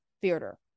theater